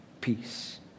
peace